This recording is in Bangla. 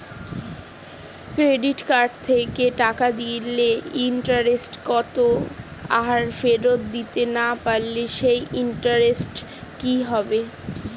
ক্রেডিট কার্ড থেকে টাকা নিলে ইন্টারেস্ট কত আর ফেরত দিতে না পারলে সেই ইন্টারেস্ট কি হবে?